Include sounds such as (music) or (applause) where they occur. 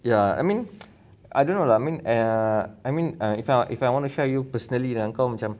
ya I mean (noise) I don't know lah err I mean err if I if I want to share you personally then kau macam